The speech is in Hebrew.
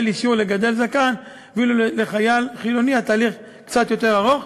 אישור לגדל זקן ואילו לחייל חילוני התהליך קצת יותר ארוך?